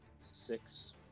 Six